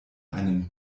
einen